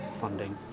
funding